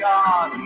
God